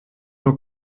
nur